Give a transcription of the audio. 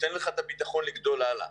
ונותן לך ביטחון לגדול הלאה.